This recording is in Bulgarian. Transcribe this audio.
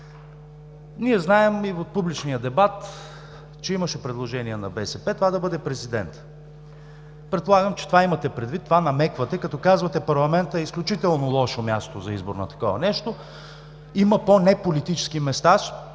Ние знаем и от публичния дебат, че имаше предложение на БСП това да бъде президентът. Предполагам, че това имате предвид, това намеквате като казвате: парламентът е изключително лошо място за избор на такова нещо, има по неполитически места.